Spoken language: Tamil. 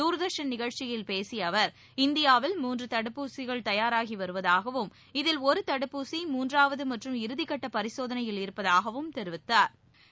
தூர்தர்ஷன் நிகழ்ச்சியில் பேசிய அவர் இந்தியாவில் மூன்று தடுப்பூசிகள் தயாராகி வருவதாகவும் இதில் ஒரு தடுப்பூசி மூன்றாவது மற்றும் இறுதி கட்ட பரிசோதனையில் இருப்பதாக தெரிவித்தாா்